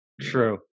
True